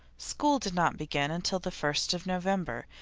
school did not begin until the first of november.